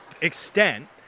extent